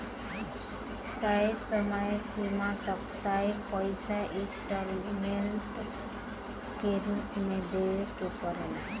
तय समय सीमा तक तय पइसा इंस्टॉलमेंट के रूप में देवे के पड़ेला